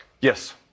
Yes